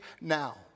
now